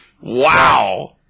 Wow